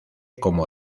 como